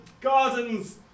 gardens